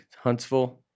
huntsville